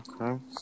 Okay